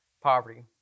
poverty